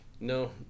No